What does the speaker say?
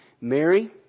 Mary